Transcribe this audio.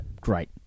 Great